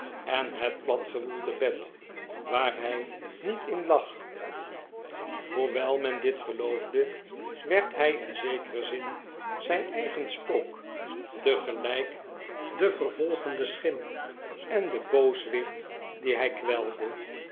en het platgewoelde bed waar hij niet in lag hoewel men dit geloofde werd hij in zekeren zin zijn eigen spook tegelijk de vervolgende schim en de booswicht dien zij kwelde